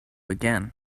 again